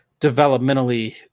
developmentally